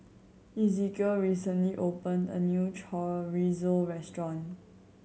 Ezekiel recently opened a new Chorizo Restaurant